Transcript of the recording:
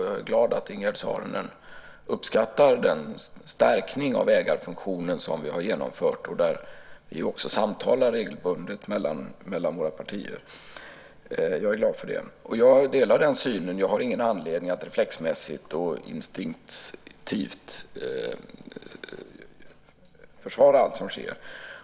Jag är glad att Ingegerd Saarinen uppskattar den stärkning av ägarfunktionen som vi har genomfört. I det avseendet samtalar ju också våra partier regelbundet. Jag är glad för det. Jag delar den synen. Jag har ingen anledning att reflexmässigt och instinktivt försvara allt som sker.